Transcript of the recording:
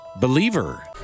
Believer